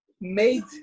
made